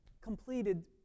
completed